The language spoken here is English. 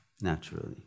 naturally